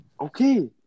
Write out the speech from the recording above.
Okay